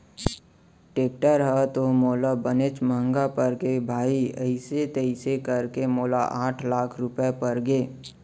tractor ह तो मोला बनेच महँगा परगे भाई अइसे तइसे करके मोला आठ लाख रूपया परगे